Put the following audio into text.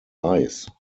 ice